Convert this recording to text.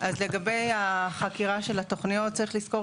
אז לגבי החקירה של התוכניות צריך לזכור